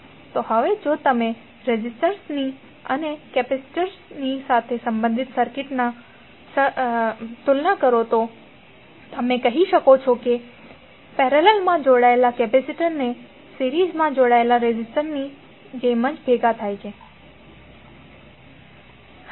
તો હવે જો તમે રેઝિસ્ટર્સ અને કેપેસિટરથી સંબંધિત સર્કિટ્સના સહસંબંધને અવલોકન કરો તો તમે કહી શકો છો કે પેરેલલમાં જોડાયેલા કેપેસિટરને સિરીઝમાં જોડાયેલા રેઝિસ્ટરની જેમ જ ભેગા કરી શકો છો